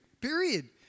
period